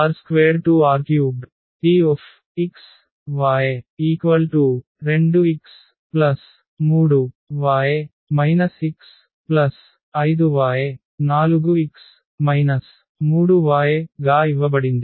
కాబట్టి ఈ TR2R3 Txy2x3y x5y4x 3y గా ఇవ్వబడింది